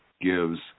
gives